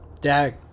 Dag